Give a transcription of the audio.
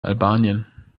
albanien